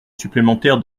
supplémentaire